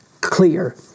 clear